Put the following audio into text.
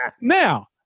Now